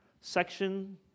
section